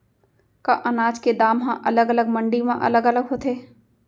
का अनाज के दाम हा अलग अलग मंडी म अलग अलग होथे?